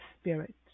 spirit